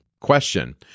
Question